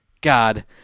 God